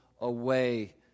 away